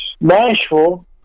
Nashville